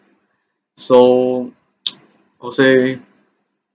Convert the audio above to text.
so I will say